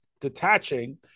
detaching